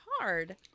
hard